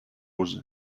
was